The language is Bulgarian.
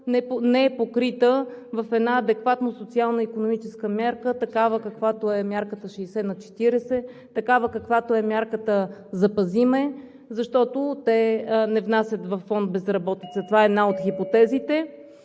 не е покрита в една адекватна социално-икономическа мярка, каквато е мярката 60/40, каквато е мярката „Запази ме“, защото те не внасят във фонд „Безработица“. Това е една от хипотезите